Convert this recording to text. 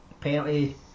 penalty